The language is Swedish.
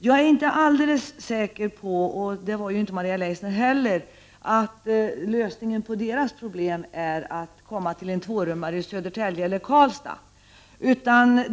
Jag är inte alldeles säker på, det var inte Maria Leissner heller, att lösningen på deras problem är att komma till en tvårummare i Södertälje eller Karlstad.